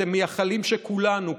אתם מייחלים שכולנו,